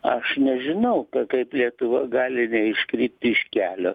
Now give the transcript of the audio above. aš nežinau kaip lietuva gali neiškrypti iš kelio